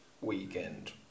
weekend